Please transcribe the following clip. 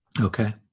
okay